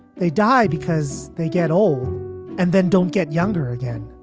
they die because they get old and then don't get younger again